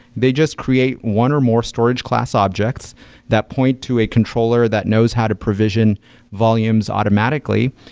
they just create one or more storage class objects that point to a controller that knows how to provision volumes automatically,